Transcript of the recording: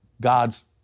God's